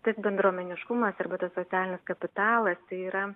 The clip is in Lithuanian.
tas bendruomeniškumas arba tas socialinis kapitalas tai yra